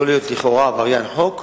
לא להיות לכאורה עבריין על החוק,